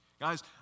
Guys